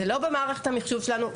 זה לא במערכת המחשוב שלנו,